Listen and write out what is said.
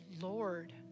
Lord